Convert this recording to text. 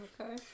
Okay